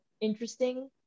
interesting